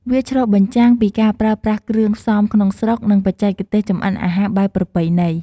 វាឆ្លុះបញ្ចាំងពីការប្រើប្រាស់គ្រឿងផ្សំក្នុងស្រុក និងបច្ចេកទេសចម្អិនអាហារបែបប្រពៃណី។